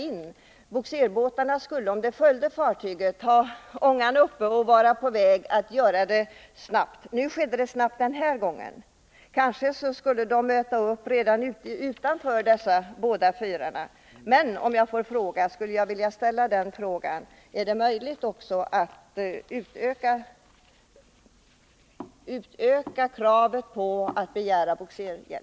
Det nyssnämnda tillbudet skedde ju mycket snabbt. Bogserbåtarna borde kanske möta fartygen redan utanför de båda fyrarna. Även vid andra tillfällen har fartyg kommit ur kurs i Brofjorden. Därför vill jag fråga: Är det möjligt att ställa kravet att fartyg med farlig last skall begära bogserbåtar som följer fartyget, färdiga att omedelbart ingripa om olyckstillbud inträffar?